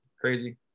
crazy